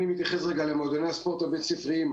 לדוגמא, מועדוני הספורט הבית ספריים.